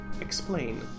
Explain